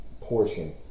portion